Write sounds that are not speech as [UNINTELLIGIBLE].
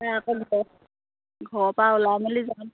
[UNINTELLIGIBLE] ঘৰৰপৰা ওলাই মেলি যাম